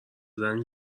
زنی